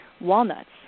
walnuts